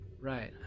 Right